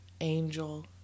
angel